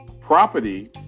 property